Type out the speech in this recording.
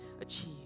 achieve